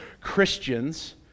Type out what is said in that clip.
Christians